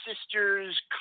sisters